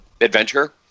adventure